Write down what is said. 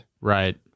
Right